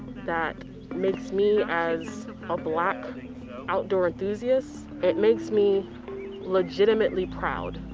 that makes me as a black outdoor enthusiast, it makes me legitimately proud.